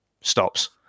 stops